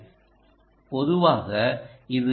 இது பொதுவாக 2